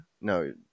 No